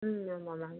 ம் ஆமாம் மேம்